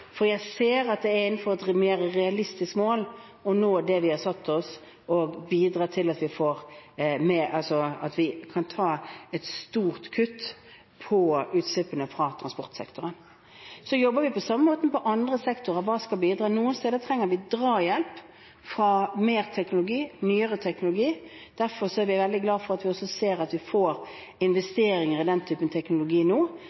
for jeg ser at det er et mer realistisk mål vi nå har satt oss for å bidra til å gjennomføre et stort kutt i utslippene fra transportsektoren. Vi jobber på samme måte på andre sektorer der vi skal bidra. Noen steder trenger vi drahjelp fra mer teknologi og fra nyere teknologi. Derfor er vi veldig glade for at vi får investeringer i den typen teknologi nå – vi ser at den vokser. Og derfor er jeg glad for de forlikene vi